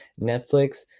netflix